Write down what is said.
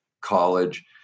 college